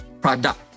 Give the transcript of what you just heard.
product